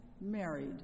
married